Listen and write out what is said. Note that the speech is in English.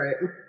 Right